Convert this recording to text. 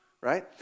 right